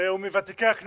והוא מוותיקי חברי